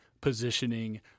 positioning